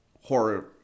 horror